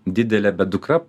didelė bet dukra